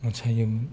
अनसायोमोन